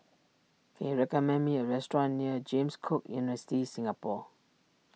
can you recommend me a restaurant near James Cook University Singapore